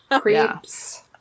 creeps